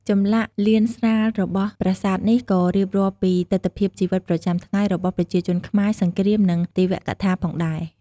ចម្លាក់លៀនស្រាលរបស់ប្រាសាទនេះក៏រៀបរាប់ពីទិដ្ឋភាពជីវិតប្រចាំថ្ងៃរបស់ប្រជាជនខ្មែរ សង្គ្រាម និងទេវកថាផងដែរ។